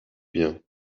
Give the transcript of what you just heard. bien